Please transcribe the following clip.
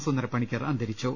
സുന്ദരപണിക്കർ അന്തരിച്ചു